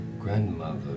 grandmother